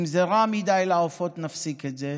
אם זה רע מדי לעופות, נפסיק עם זה,